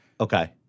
Okay